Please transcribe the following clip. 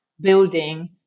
building